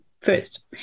first